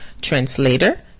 translator